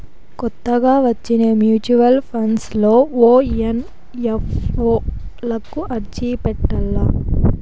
కొత్తగా వచ్చిన mutual funds లో ఓ ఎన్.ఎఫ్.ఓ లకు అర్జీ పెట్టల్ల